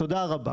תודה רבה.